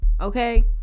okay